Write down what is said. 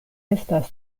estas